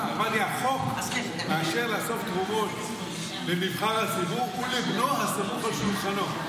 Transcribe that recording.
אמרתי: החוק מאפשר לאסוף תרומות לנבחר הציבור ולבנו הסמוך על שולחנו,